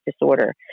disorder